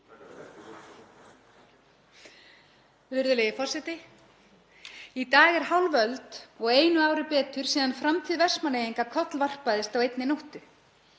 Virðulegi forseti. Í dag er hálf öld og einu ári betur síðan framtíð Vestmannaeyinga kollvarpaðist á einni nóttu.